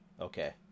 Okay